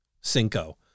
Cinco